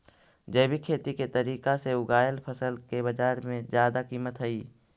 जैविक खेती के तरीका से उगाएल फसल के बाजार में जादा कीमत हई